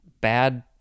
bad